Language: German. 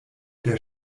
der